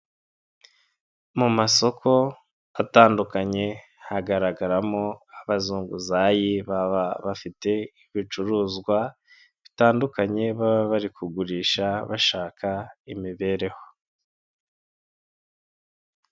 Mu masoko atandukanye hagaragaramo abazunguzayi baba bafite ibicuruzwa bitandukanye, baba bari kugurisha bashaka imibereho.